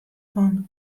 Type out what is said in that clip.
fan